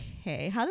Okay